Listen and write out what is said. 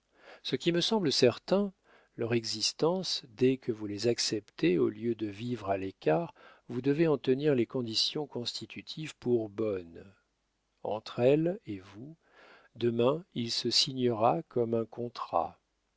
ce qui me semble certain est leur existence dès que vous les acceptez au lieu de vivre à l'écart vous devez en tenir les conditions constitutives pour bonnes entre elles et vous demain il se signera comme un contrat